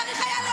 תודה רבה.